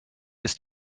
ist